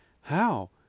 How